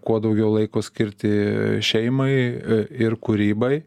kuo daugiau laiko skirti šeimai ir kūrybai